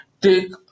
take